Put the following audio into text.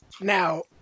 Now